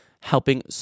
helping